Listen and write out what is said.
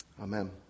Amen